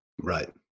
Right